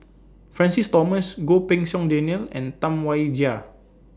Francis Thomas Goh Pei Siong Daniel and Tam Wai Jia